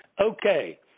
Okay